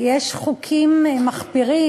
יש חוקים מחפירים,